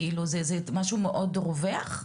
זה משהו מאוד רווח?